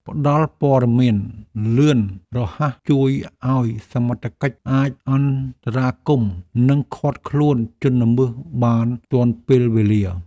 ផ្ដល់ព័ត៌មានលឿនរហ័សជួយឱ្យសមត្ថកិច្ចអាចអន្តរាគមន៍និងឃាត់ខ្លួនជនល្មើសបានទាន់ពេលវេលា។